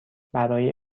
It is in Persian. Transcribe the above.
برای